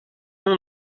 nom